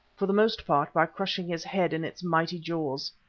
for the most part by crushing his head in its mighty jaws.